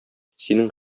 синең